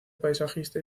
paisajista